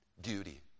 duty